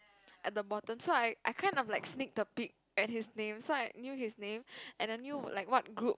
at the bottom so I I kind of like sneaked a peek at his name so I knew his name and I knew like what group